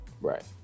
Right